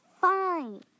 fine